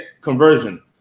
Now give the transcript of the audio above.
conversion